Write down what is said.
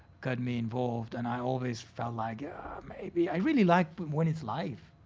got me involved, and i always felt like maybe. i really like when it's life.